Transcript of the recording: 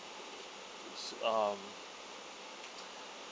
um